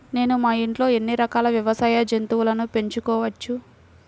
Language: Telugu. నేను మా ఇంట్లో ఎన్ని రకాల వ్యవసాయ జంతువులను పెంచుకోవచ్చు?